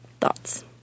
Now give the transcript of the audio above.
Thoughts